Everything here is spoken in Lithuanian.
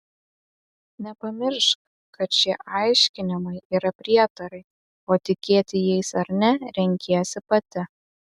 nepamiršk kad šie aiškinimai yra prietarai o tikėti jais ar ne renkiesi pati